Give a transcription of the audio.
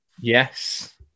Yes